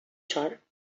sort